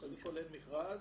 קודם כול אין מכרז.